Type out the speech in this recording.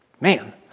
Man